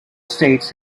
states